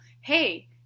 hey